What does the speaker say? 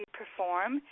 perform